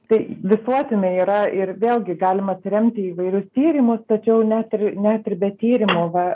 tai visuotinai yra ir vėlgi galima atsiremti į įvairius tyrimus tačiau net ir net ir be tyrimų va